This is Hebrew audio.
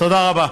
תודה רבה.